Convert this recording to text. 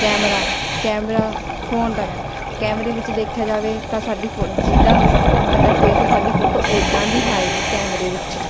camera camera phone ਦਾ camera ਕੈਮਰੇ ਵਿੱਚ ਦੇਖਿਆ ਜਾਵੇ ਤਾਂ ਸਾਡੀ ਫੋਟ ਜਿੱਦਾਂ ਦਾ ਸਾਡਾ ਫੇਸ ਸਾਡੀ ਫੋਟੋ ਉਦਾਂ ਦੀ ਆਏਗੀ ਕੈਮਰੇ ਵਿੱਚ